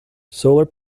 solar